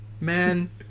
man